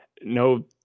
no